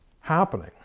happening